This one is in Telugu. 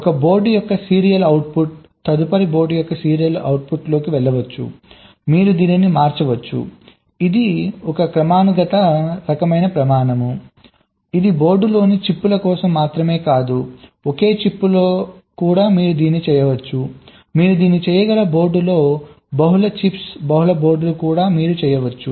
ఒక బోర్డు యొక్క సీరియల్ అవుట్పుట్ తదుపరి బోర్డు యొక్క సీరియల్ అవుట్పుట్లోకి వెళ్ళవచ్చు మీరు దీన్ని మార్చవచ్చు ఇది ఒక క్రమానుగత రకమైన ప్రమాణం ఇది బోర్డులోని చిప్ల కోసం మాత్రమే కాదు ఒకే చిప్లో మీరు దీన్ని చేయవచ్చు మీరు దీన్ని చేయగల బోర్డులో బహుళ చిప్స్ బహుళ బోర్డులు కూడా మీరు చేయవచ్చు